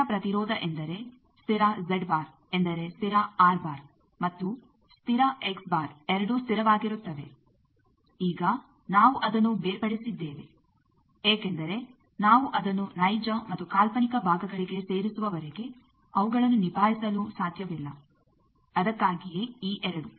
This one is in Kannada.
ಸ್ಥಿರ ಪ್ರತಿರೋಧ ಎಂದರೆ ಸ್ಥಿರ ಎಂದರೆ ಸ್ಥಿರ ಮತ್ತು ಸ್ಥಿರ ಎರಡೂ ಸ್ಥಿರವಾಗಿರುತ್ತವೆ ಈಗ ನಾವು ಅದನ್ನು ಬೇರ್ಪಡಿಸಿದ್ದೇವೆ ಏಕೆಂದರೆ ನಾವು ಅದನ್ನು ನೈಜ ಮತ್ತು ಕಾಲ್ಪನಿಕ ಭಾಗಗಳಿಗೆ ಸೇರಿಸುವವರೆಗೆ ಅವುಗಳನ್ನು ನಿಭಾಯಿಸಲು ಸಾಧ್ಯವಿಲ್ಲ ಅದಕ್ಕಾಗಿಯೇ ಈ ಎರಡು